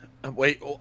Wait